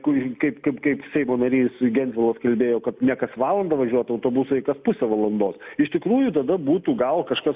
kur kaip kaip kaip seimo narys gentvilas kalbėjo kad ne kas valandą važiuotų autobusai pusę valandos iš tikrųjų tada būtų gal kažkas